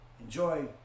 Enjoy